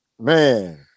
Man